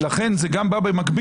ולכן זה גם בא במקביל,